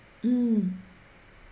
mm